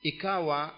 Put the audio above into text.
Ikawa